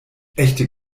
echte